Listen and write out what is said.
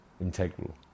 Integral